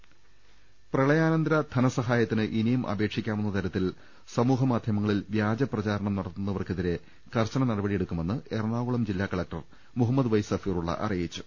രദേഷ്ടെടു പ്രളയാനന്തര ധനസഹായത്തിന് ഇനിയും അപേക്ഷിക്കാമെന്ന തരത്തിൽ സമൂഹ മാധ്യമങ്ങളിൽ വ്യാജ പ്രചാരണം നടത്തുന്നവർക്കെതിരെ കർശന ട നടപടിയെടുക്കുമെന്ന് എറണാകുളം ജില്ലാ collector Muhammad Y Safirulla അറിയിച്ചു